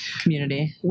community